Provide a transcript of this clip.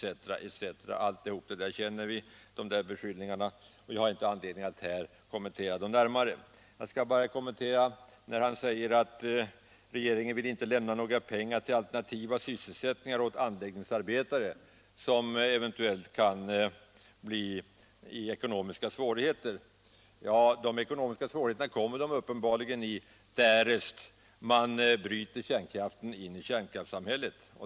De där beskyllningarna har vi hört tidigare, och jag har inte nu anledning att närmare kommentera dem. Jag skall bara kommentera vad han sade om att regeringen inte vill anslå några pengar till alternativa sysselsättningar åt de anläggningsarbetare som eventuellt kan råka i ekonomiska svårigheter. De ekonomiska svårigheterna kommer uppenbarligen om man bryter marschen in i kärnkraftssamhället.